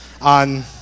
on